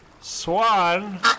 swan